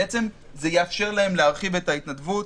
בעצם זה יאפשר להם להרחיב את ההתנדבות.